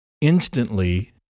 instantly